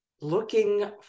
looking